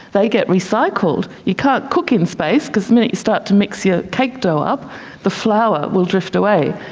they get recycled. you can't cook in space because the minute you start to mix your cake dough up the flour will drift away.